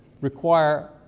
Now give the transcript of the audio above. require